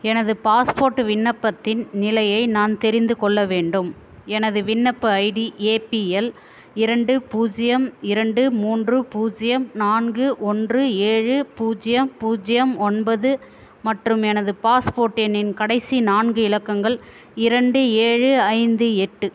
எனது பாஸ்போர்ட் விண்ணப்பத்தின் நிலையை நான் தெரிந்துகொள்ள வேண்டும் எனது விண்ணப்ப ஐடி ஏபிஎல் இரண்டு பூஜ்யம் இரண்டு மூன்று பூஜ்யம் நான்கு ஒன்று ஏழு பூஜ்யம் பூஜ்யம் ஒன்பது மற்றும் எனது பாஸ்போர்ட் எண்ணின் கடைசி நான்கு இலக்கங்கள் இரண்டு ஏழு ஐந்து எட்டு